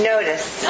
Notice